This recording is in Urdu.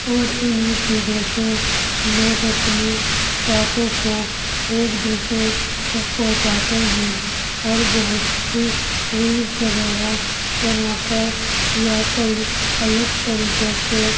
اور انہیں چیزوں سے لوگ اپنی باتوں کو ایک دوسرے تک پہنچاتے ہیں اور بہت سی ریلس وغیرہ بنا کر یا کئی الگ طریقے سے